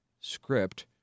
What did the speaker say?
script